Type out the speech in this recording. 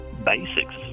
basics